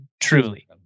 truly